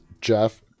Jeff